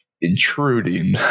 intruding